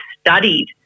studied